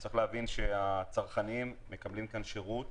צריך להבין שהצרכנים מקבלים כאן שירות